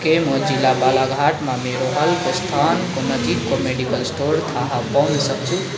के म जिल्ला बालाघाटमा मेरो हालको स्थानको नजिकको मेडिकल स्टोर थाहा पाउनु सक्छु